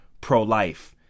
pro-life